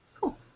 Cool